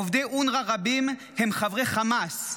עובדי אונר"א רבים הם חברי חמאס.